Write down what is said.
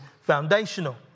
foundational